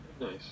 Nice